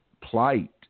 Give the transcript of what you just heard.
plight